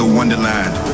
Wonderland